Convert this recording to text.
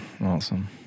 Awesome